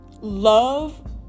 love